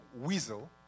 weasel